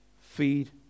Feed